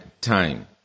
time